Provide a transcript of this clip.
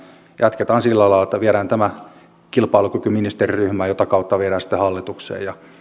jatketaan sillä lailla että viedään tämä kilpailukykyministeriryhmään jota kautta viedään sitten hallitukseen